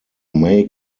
may